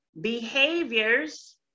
behaviors